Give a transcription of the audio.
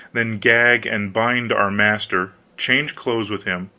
then gag and bind our master, change clothes with him,